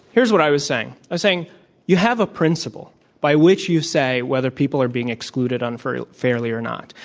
here's what i was saying. i was saying you have a p rinciple by which you say whether people are being excluded unfairly unfairly or not.